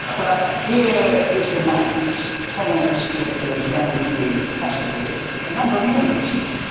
but here is the maths, telling us that there's going to be possibly a number of universes.